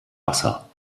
wasser